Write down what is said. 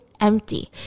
empty